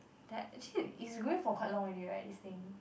that actually it's going for quite long already right this thing